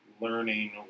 learning